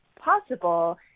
possible